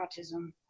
autism